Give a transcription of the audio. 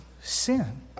sin